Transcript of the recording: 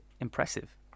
impressive